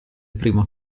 primo